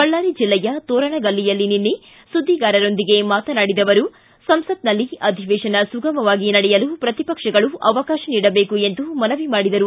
ಬಳ್ಳಾರಿ ಜಿಲ್ಲೆಯ ತೋರಣಗಲ್ಲಿಯಲ್ಲಿ ನಿನ್ನೆ ಸುದ್ದಿಗಾರರೊಂದಿಗೆ ಮಾತನಾಡಿದ ಅವರು ಸಂಸತ್ನಲ್ಲಿ ಅಧಿವೇತನ ಸುಗಮವಾಗಿ ನಡೆಯಲು ಪ್ರತಿಪಕ್ಷಗಳು ಅವಕಾಶ ನೀಡಬೇಕು ಎಂದು ಮನವಿ ಮಾಡಿದರು